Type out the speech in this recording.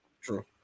True